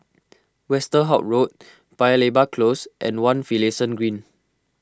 Westerhout Road Paya Lebar Close and one Finlayson Green